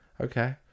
Okay